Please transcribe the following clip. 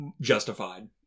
justified